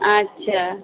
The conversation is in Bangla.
আচ্ছা